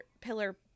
pillar